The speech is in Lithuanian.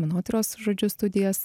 menotyros žodžiu studijas